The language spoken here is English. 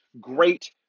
great